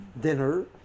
dinner